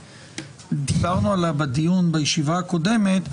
שדיברנו עליה בדיון שהתקיים בישיבה הקודמת,